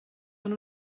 ond